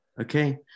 Okay